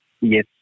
yes